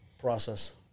process